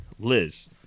Liz